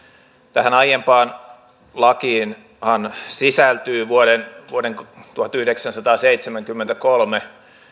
tähän aiempaan lakiinhan sisältyy vuoden vuoden tuhatyhdeksänsataaseitsemänkymmentäkolme